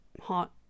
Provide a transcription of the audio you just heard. hot